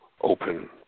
open